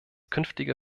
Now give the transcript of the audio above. künftige